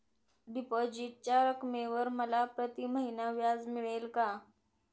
डिपॉझिटच्या रकमेवर मला प्रतिमहिना व्याज मिळेल का?